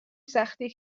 سختی